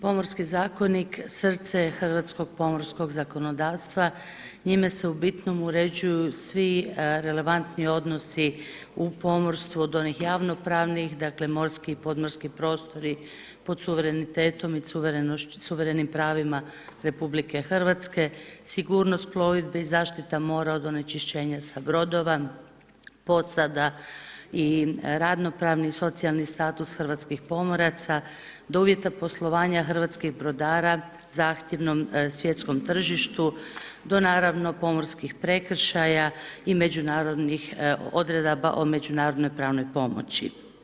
Pomorski zakonik srce je hrvatskog pomorskog zakonodavstva, njime se u bitnom uređuju svi relevantni odnosi u pomorstvu od onih javnopravnih, dakle morski i podmorski prostori pod suverenitetom i suverenim pravima RH, sigurnost plovidbe i zaštita mora od onečišćenja s brodova, posada i radno pravni i socijalni status hrvatskih pomoraca do uvjeta poslovanja hrvatskih brodara zahtjevnom svjetskom tržištu, do naravno pomorskih prekršaja i međunarodnih odredaba o međunarodnoj pravnoj pomoći.